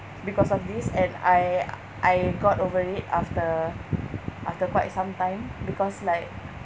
because of this and I I got over it after after quite some time because like